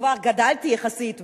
כשכבר גדלתי יחסית,